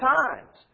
times